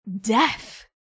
death